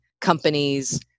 companies